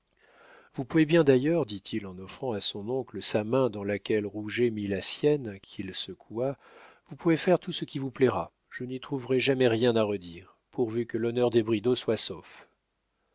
vous pouvez bien d'ailleurs dit-il en offrant à son oncle sa main dans laquelle rouget mit la sienne qu'il secoua vous pouvez faire tout ce qui vous plaira je n'y trouverai jamais rien à redire pourvu que l'honneur des bridau soit sauf